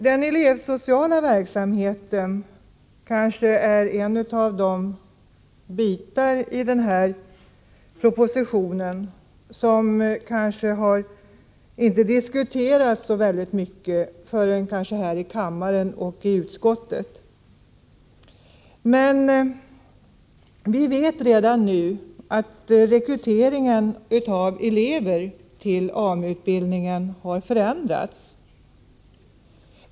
Den elevsociala verksamheten är en av de delar i den här propositionen som kanske inte har diskuterats så mycket förrän i utskottet och här i kammaren. Vi vet redan nu att rekryteringen av elever till AMU-utbildning har förändrats.